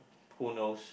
who knows